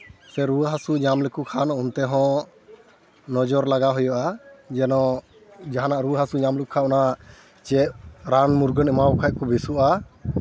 ᱥᱮ ᱨᱩᱣᱟᱹ ᱦᱟᱹᱥᱩ ᱧᱟᱢ ᱞᱮᱠᱚ ᱠᱷᱟᱱ ᱚᱱᱛᱮ ᱦᱚᱸ ᱱᱚᱡᱚᱨ ᱞᱟᱜᱟᱣ ᱦᱩᱭᱩᱜᱼᱟ ᱡᱮᱱᱚ ᱡᱟᱦᱟᱱᱟᱜ ᱨᱩᱣᱟᱹ ᱦᱟᱹᱥᱩ ᱧᱟᱢ ᱞᱮᱱᱠᱷᱟᱱ ᱚᱱᱟ ᱪᱮᱫ ᱨᱟᱱ ᱢᱩᱨᱜᱟᱹᱱ ᱮᱢᱟᱣᱟᱠᱚ ᱠᱷᱟᱱ ᱠᱚ ᱵᱮᱥᱚᱜᱼᱟ